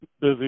busy